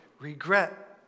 regret